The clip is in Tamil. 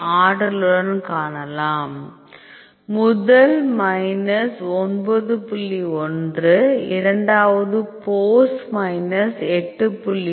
1 இரண்டாவது போஸ் மைனஸ் 8